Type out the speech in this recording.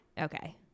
Okay